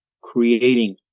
creating